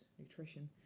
nutrition